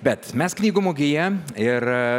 bet mes knygų mugėje ir